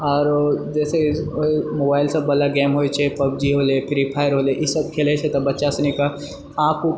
आओर जैसे मोबाइलसभ वाला गेम होयत छै पबजी होलय फ्री फायर होलय ईसभ खेलय छै तऽ बच्चा सुनिकऽ आँख